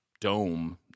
dome